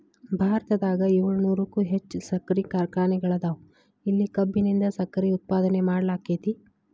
ಭಾರತದಾಗ ಏಳುನೂರಕ್ಕು ಹೆಚ್ಚ್ ಸಕ್ಕರಿ ಕಾರ್ಖಾನೆಗಳದಾವ, ಇಲ್ಲಿ ಕಬ್ಬಿನಿಂದ ಸಕ್ಕರೆ ಉತ್ಪಾದನೆ ಮಾಡ್ಲಾಕ್ಕೆತಿ